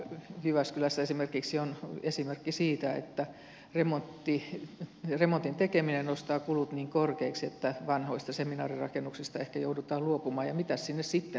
jyväskylässä on esimerkki siitä että remontin tekeminen nostaa kulut niin korkeiksi että vanhoista seminaarirakennuksista ehkä joudutaan luopumaan ja mitä sinne sitten tulisi